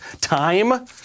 Time